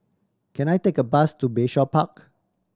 can I take a bus to Bayshore Park